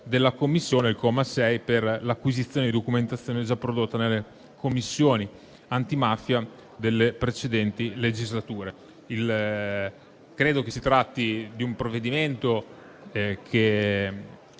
della Commissione e il comma 6 all'acquisizione di documentazione già prodotta nelle Commissioni antimafia delle precedenti legislature. Si tratta di un provvedimento che